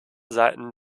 seiten